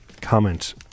comment